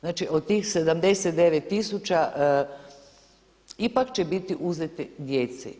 Znači od tih 79.000 ipak će biti uzeti djeci.